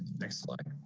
next slide.